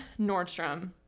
nordstrom